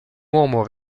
uomo